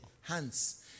hands